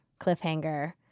cliffhanger